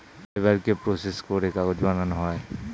ফাইবারকে প্রসেস করে কাগজ বানানো হয়